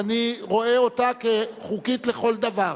אני רואה אותה כחוקית לכל דבר.